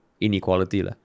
inequality